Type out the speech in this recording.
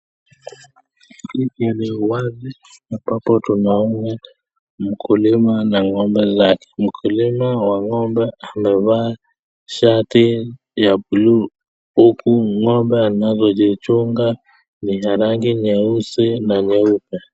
Hii ni eneo wazi ambapo tunaona mkulima na ng'ombe zake, mkulima wa ng'ombe amevaa shati ya blue huku ng'ombe anazozichunga ni ya rangi nyeusi na nyeupe.